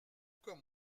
comme